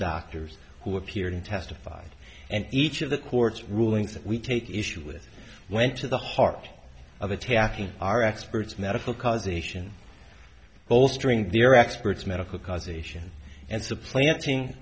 doctors who appeared in testified and each of the court's rulings that we take issue with went to the heart of attacking our experts medical causation bolstering their experts medical causation and supplanting